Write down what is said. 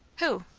who?